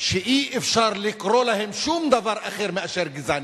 שאי-אפשר לקרוא להם שום דבר אחר מאשר גזעניים.